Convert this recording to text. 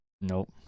Nope